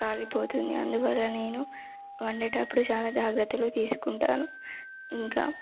కాలిపోతుంది అందువలన నేను వండేటప్పుడు చాలా జాగ్రత్తలు తీసుకుంటాను ఇంకా